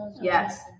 Yes